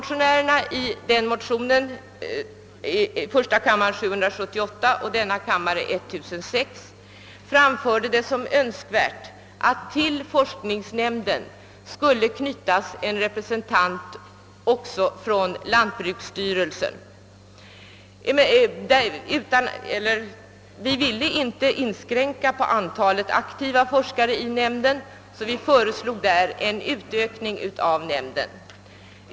I motionerna framhöll motionärerna öÖönskvärdheten av att till forskningsnämnden knöts en representant också för lantbruksstyrelsen. Vi ville inte inskränka antalet aktiva forskare i nämnden, varför vi föreslog en utökning av nämnden.